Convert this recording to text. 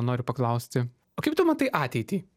noriu paklausti o kaip tu matai ateitį